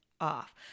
off